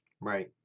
Right